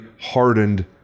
hardened